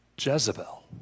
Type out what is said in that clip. Jezebel